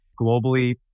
globally